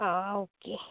ആ ഓക്കെ